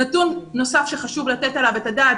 נתון נוסף שחשוב לתת עליו את הדעת,